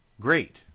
great